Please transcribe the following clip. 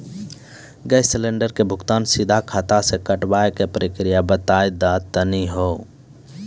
Gas cylinder के भुगतान सीधा खाता से कटावे के प्रक्रिया बता दा तनी हो?